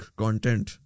content